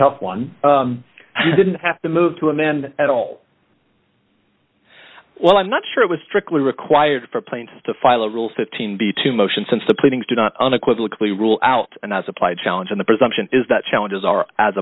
tough one you didn't have to move to a man at all well i'm not sure it was strictly required for planes to file a rule fifteen b two motions since the pleadings do not unequivocal or rule out and as applied challenge in the presumption is that challenges are as